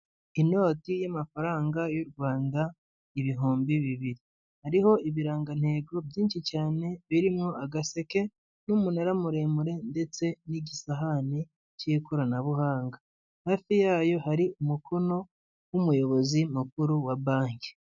Inoti y'amafaranga y'u Rwanda ibihumbi bibiri, hariho ibirangantego byinshi cyane, birimowo agaseke n'umunara muremure ndetse n'igisahane cy'ikoranabuhanga, hafi yayo hari umukono w'umuyobozi mukuru wa banki.